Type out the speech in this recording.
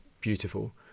beautiful